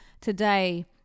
today